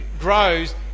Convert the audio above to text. grows